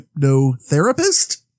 hypnotherapist